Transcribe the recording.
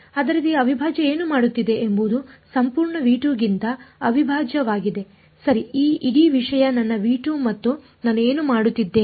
ಆದ್ದರಿಂದ ಈ ಅವಿಭಾಜ್ಯ ಏನು ಮಾಡುತ್ತಿದೆ ಎಂಬುದು ಸಂಪೂರ್ಣ ಗಿಂತ ಅವಿಭಾಜ್ಯವಾಗಿದೆ ಸರಿ ಈ ಇಡೀ ವಿಷಯ ನನ್ನ ಮತ್ತು ನಾನು ಏನು ಮಾಡುತ್ತಿದ್ದೇನೆ